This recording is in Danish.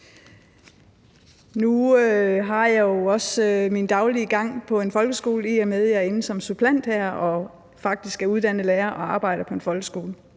Nu har jeg jo min daglige gang på en folkeskole, i og med at jeg er inde som suppleant her og faktisk er uddannet lærer og arbejder på en folkeskole,